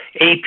AP